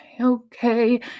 Okay